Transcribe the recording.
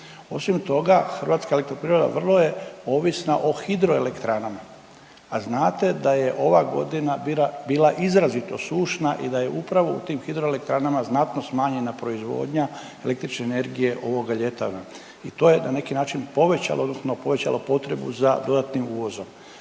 Osim toga, HEP vrlo je ovisna o hidroelektranama, a znate da je ova godina bila, bila izrazito sušna i da je upravo u tim hidroelektranama znatno smanjena proizvodnja električne energije ovoga ljeta i to je na neki način povećalo odnosno povećalo potrebu za dodatnim uvozom.